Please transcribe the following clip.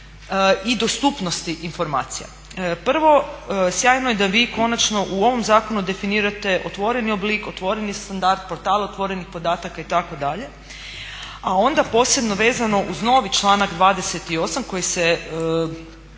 i dostupnosti informacija. Prvo, sjajno je da vi konačno u ovom zakonu definirate otvoreni oblik, otvoreni standard, portal otvorenih podataka itd. A onda posebno vezano uz novi članak 28. koji se